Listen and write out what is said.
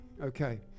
Okay